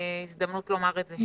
הזדמנות לומר את זה.